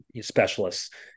specialists